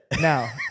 Now